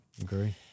agree